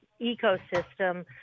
ecosystem